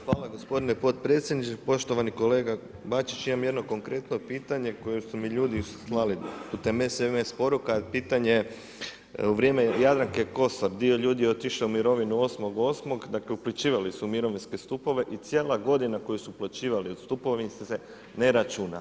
Hvala gospodine podpredsjedniče, poštovani kolega Bačić imam jedno konkretno pitanje koje su mi ljudi slali putem SMS poruka, pitanje je u vrijeme Jadranke Kosor dio ljudi je otišo u mirovinu 8.8., dakle uplaćivali su u mirovinske stupove i cijela godina koju su uplaćivali u stupove im se ne računa.